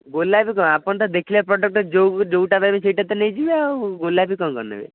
ଗୋଲାପି କ'ଣ ଆପଣ ତ ଦେଖିଲେ ପ୍ରଡକ୍ଟ ଯୋଉ ଯୋଉଟା ଧରିବେ ସେଇଟା ତ ନେଇଯିବେ ଆଉ ଗୋଲାପି କ'ଣ କ'ଣ ନେବେ